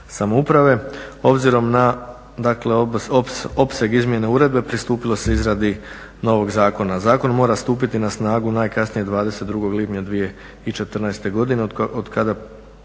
samouprave, obzirom na opseg izmjene uredbe, pristupilo se izradi novog zakona. Zakon mora stupiti na snagu najkasnije 22. lipnja 2014. godine od kada